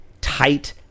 tight